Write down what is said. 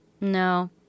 no